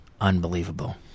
unbelievable